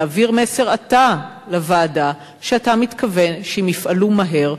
תעביר אתה מסר לוועדה שאתה מתכוון שהם יפעלו מהר,